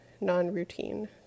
non-routine